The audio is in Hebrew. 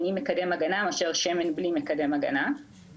עם מקדם הגנה מאשר שמן ללא מקדם הגנה,